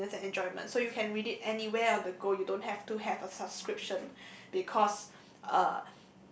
convenience and enjoyment so you can read it anywhere on the go you don't have to have a subscription because uh